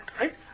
right